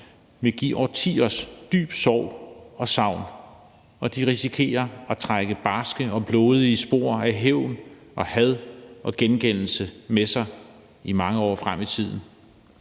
vil give årtiers dyb sorg og savn, og de risikerer at trække barske og blodige spor af hævn og had og gengældelse med sig i mange år frem i tiden.